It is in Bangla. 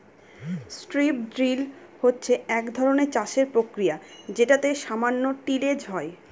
স্ট্রিপ ড্রিল হচ্ছে এক ধরনের চাষের প্রক্রিয়া যেটাতে সামান্য টিলেজ হয়